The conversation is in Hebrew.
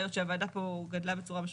היות שהוועדה פה גדלה בצורה משמעותית,